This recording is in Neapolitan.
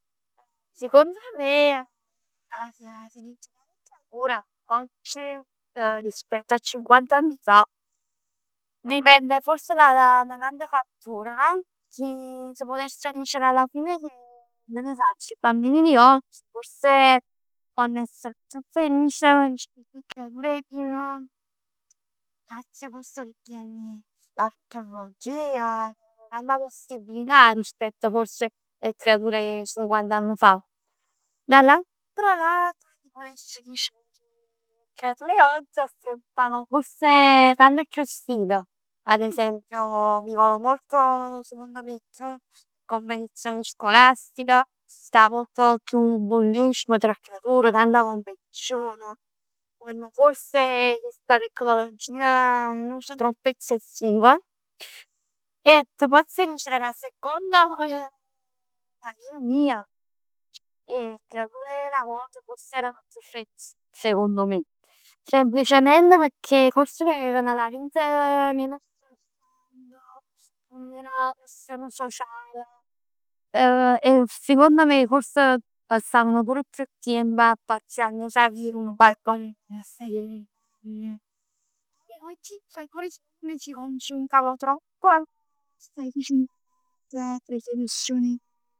Sicondo me, oggi rispetto a cinquant'anni fa, dipende forse da da da tante fattori no? Che si putess dicere alla fine che che ne sacc, i bambini di oggi forse ponn essere chiù felici d' 'e creatur ìe diec, tenen chiù possibilità rispetto 'e creatur 'e cinquant'anni fa. Dall'altro lato, ti putess dice che 'e creatur 'e oggi affrontano forse tanti chiù sfide, ad esempio vivono molto la competizione scolastica, sta molto chi bullismo tra 'e creature, tanta competizione. Usano forse chesta tecnologia troppo eccessiva. E t' pozz dicere ca second me, 'o parere mij 'e creatur 'e 'na vot forse erano chiù felic secondo me. Semplicemente pecchè forse erano verament è 'na questione social. E sicondo me fors passavan pur chiù tiemp a pazzià. Si concentrano troppo dicimm.